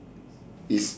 is